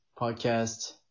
podcast